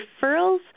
referrals